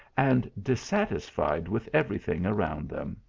and dissatis fied with every thing around them.